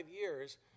years